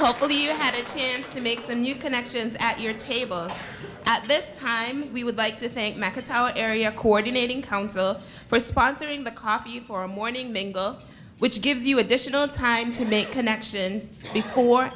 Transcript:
hopefully you have it and to make the new connections at your table at this time we would like to think back at our area coordinating council for sponsoring the coffee for a morning mingle which gives you additional time to make connections before